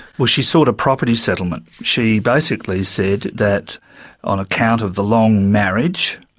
well, she sought a property settlement. she basically said that on account of the long marriage,